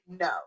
no